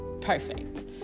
perfect